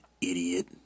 idiot